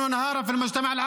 חבר הכנסת ואליד.